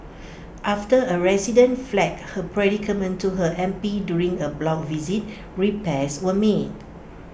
after A resident flagged her predicament to her M P during A block visit repairs were made